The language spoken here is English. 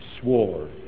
swore